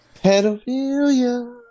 Pedophilia